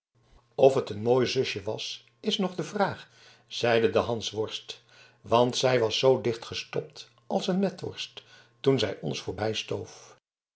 of het een mooi zusje was is nog de vraag zeide de hansworst want zij was zoo dichtgestopt als een metworst toen zij ons